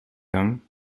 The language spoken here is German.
gang